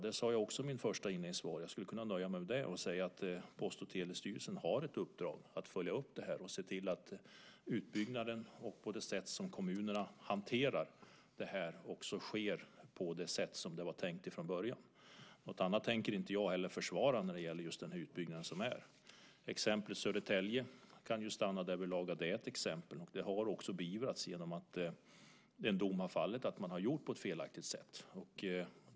Det sade jag också i mitt svar. Jag skulle kunna nöja mig med att säga att Post och telestyrelsen har ett uppdrag att följa upp det här och se till att utbyggnaden, och det sätt som kommunerna hanterar det här, sker på det sätt som det var tänkt från början. Något annat tänker jag inte heller försvara när det gäller just denna utbyggnad. Exemplet Södertälje kan ju stanna därvidlag att det är ett exempel. Det har också beivrats, genom att en dom har fallit som säger att man har gjort på ett felaktigt sätt.